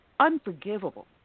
Unforgivable